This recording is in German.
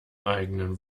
eigenen